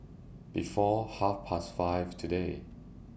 before Half Past five today